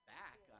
back